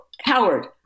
Howard